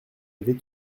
avez